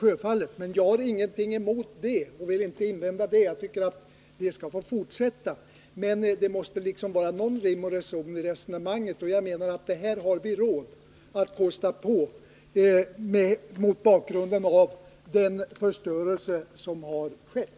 Jag vill inte göra några invändningar mot anslagen till teatrarna, utan jag tycker att den verksamheten skall få fortsätta, men det måste vara någon rim och reson i resonemanget. Jag menaratt de här turistsatsningarna har vi råd att kosta på mot bakgrund av den förstöring som skett.